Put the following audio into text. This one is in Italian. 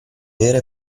vera